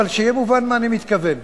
אבל שיהיה מובן מה אני מתכוון.